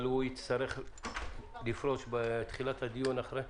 אבל הוא יצטרך לפרוש לאחר מכן.